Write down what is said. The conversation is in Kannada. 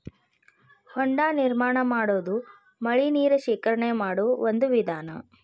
ಹೊಂಡಾ ನಿರ್ಮಾಣಾ ಮಾಡುದು ಮಳಿ ನೇರ ಶೇಖರಣೆ ಮಾಡು ಒಂದ ವಿಧಾನಾ